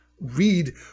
read